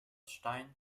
stein